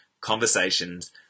conversations